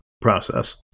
process